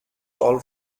toll